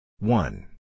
One